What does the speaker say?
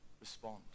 respond